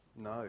No